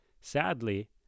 Sadly